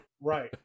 right